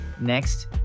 next